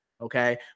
okay